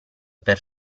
per